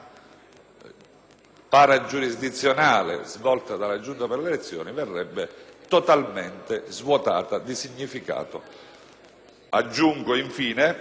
paragiurisdizionale svolta dalla Giunta per le elezioni verrebbe totalmente svuotata di significato.